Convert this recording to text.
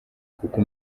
kuko